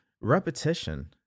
repetition